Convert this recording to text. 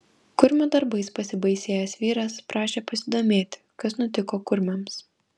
kurmių darbais pasibaisėjęs vyras prašė pasidomėti kas nutiko kurmiams